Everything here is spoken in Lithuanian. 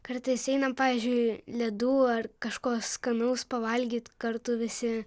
kartais einam pavyzdžiui ledų ar kažko skanaus pavalgyt kartu visi